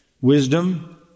wisdom